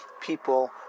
people